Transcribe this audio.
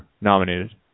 nominated